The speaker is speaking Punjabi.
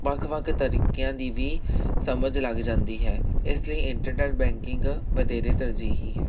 ਵੱਖ ਵੱਖ ਤਰੀਕਿਆਂ ਦੀ ਵੀ ਸਮਝ ਲੱਗ ਜਾਂਦੀ ਹੈ ਇਸ ਲਈ ਇੰਟਰਨਰ ਬੈਂਕਿੰਗ ਵਧੇਰੇ ਤਰਜੀਹੀ ਹੈ